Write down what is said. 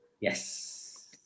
Yes